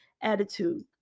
attitude